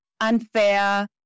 unfair